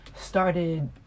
started